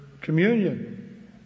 communion